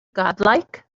godlike